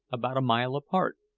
about a mile apart,